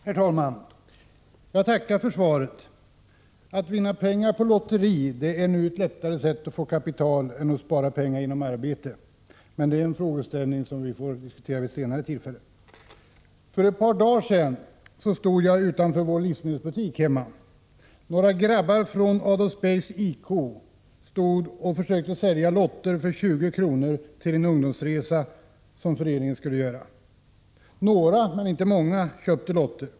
Herr talman! Jag tackar för svaret. Att vinna pengar på lotteri är numera ett lättare sätt att skapa ett kapital än att spara pengar som man får genom arbete — men det är en frågeställning som vi kan diskutera vid senare tillfälle. För ett par dagar sedan stod jag utanför vår livsmedelsbutik hemma. Några grabbar från Adolfsbergs IK försökte sälja lotter för 20 kr. för att få ihop pengar till en ungdomsresa som föreningen skulle göra. Några, men inte många, köpte lotter.